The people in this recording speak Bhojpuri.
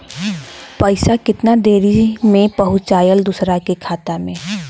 पैसा कितना देरी मे पहुंचयला दोसरा के खाता मे?